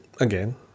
again